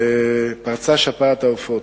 פרצה שפעת העופות,